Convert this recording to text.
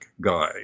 guy